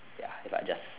ya if I just